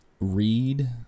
read